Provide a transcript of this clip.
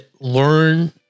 Learn